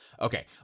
Okay